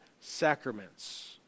sacraments